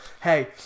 hey